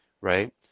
right